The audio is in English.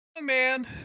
man